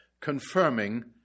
confirming